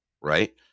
right